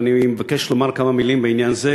ואני מבקש לומר כמה מילים בעניין זה,